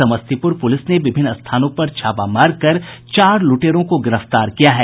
Samastipur police ने विभिन्न स्थानों पर छापा मारकर चार लुटेरों को गिरफ्तार किया है